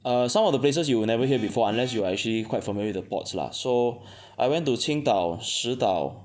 err some of the places you would never hear before unless you are actually quite familiar with the plots lah so I went to 青岛石岛